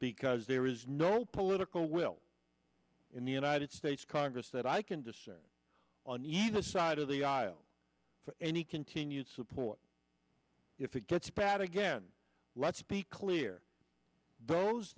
because there is no political will in the united states congress that i can discern on either side of the aisle for any continued support if it gets bad again let's be clear those